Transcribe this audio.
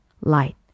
light